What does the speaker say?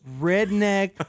redneck